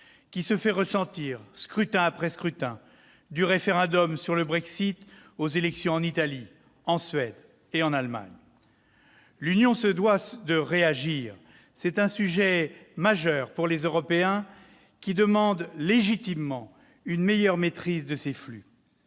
qui se fait sentir, scrutin après scrutin, du référendum sur le Brexit aux élections en Italie, en Suède et en Allemagne. L'Union européenne se doit de réagir. C'est un sujet majeur pour les Européens, qui demandent légitimement une meilleure maîtrise de ces flux.